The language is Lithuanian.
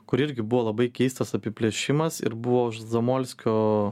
kur irgi buvo labai keistas apiplėšimas ir buvo zamolskio